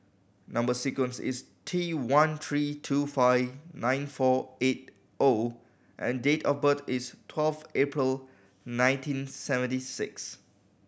number sequence is T one three two five nine four eight O and date of birth is twelve April nineteen seventy six